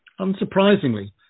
Unsurprisingly